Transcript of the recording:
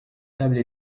tables